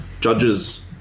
judges